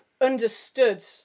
understood